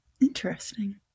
Interesting